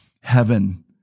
heaven